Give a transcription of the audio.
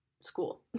school